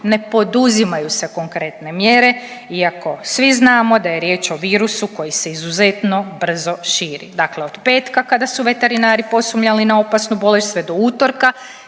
ne poduzimaju se konkretne mjere iako svi znamo da je riječ o virusu koji se izuzetno brzo širi. Dakle, od petka kada su veterinari posumnjali na opasnu bolest sve do utorka